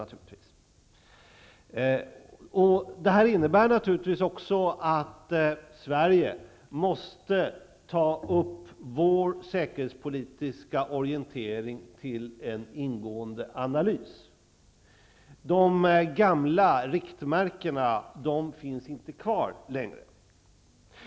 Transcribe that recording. Detta innebär också att vi i Sverige måste ta upp vår säkerhetspolitiska orientering till en ingående analys. De gamla riktmärkena finns inte längre kvar.